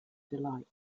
delight